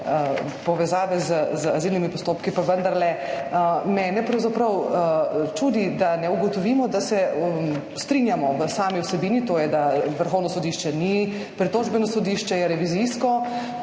povezave z azilnimi postopki, pa vendarle. Mene pravzaprav čudi, da ne ugotovimo, da se strinjamo v sami vsebini, to je, da Vrhovno sodišče ni pritožbeno sodišče, je revizijsko